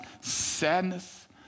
sadness